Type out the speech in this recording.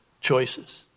choices